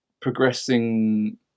Progressing